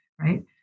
Right